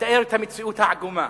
לתאר בה את המציאות העגומה.